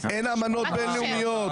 אין אמנות בין-לאומיות?